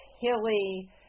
hilly